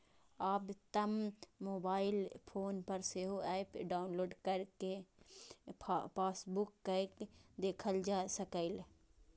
आब तं mobile phone पर सेहो एप डाउलोड कैर कें पासबुक कें देखल जा सकैए